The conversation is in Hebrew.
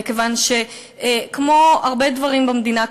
כיוון שכמו הרבה דברים במדינה,